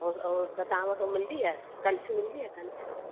उहो उहो त तव्हां वटि हो मिलंदी आहे कंछ मिलंदी आहे कंछ